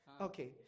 Okay